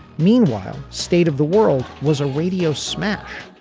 meanwhile state of the world was a radio smash.